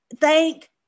thank